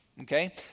okay